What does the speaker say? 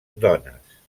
dones